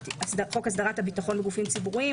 חוק הסדרת הביטחון לגופים ציבוריים,